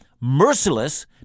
merciless